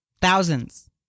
Thousands